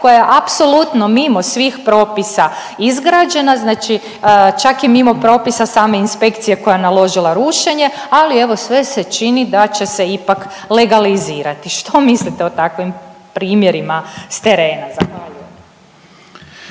koja je apsolutno mimo svih propisa izgrađena znači čak i mimo propisa same inspekcije koja je naložila rušenje, ali evo sve se čini da će se ipak legalizirati. Što mislite o takvim primjerima s terena?